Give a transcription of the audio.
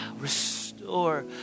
restore